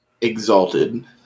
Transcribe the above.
Exalted